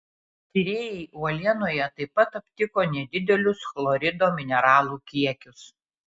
tyrėjai uolienoje taip pat aptiko nedidelius chlorido mineralų kiekius